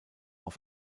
auf